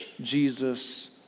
Jesus